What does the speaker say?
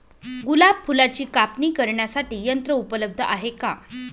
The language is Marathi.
गुलाब फुलाची कापणी करण्यासाठी यंत्र उपलब्ध आहे का?